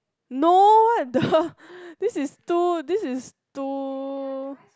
no what the this is too this is too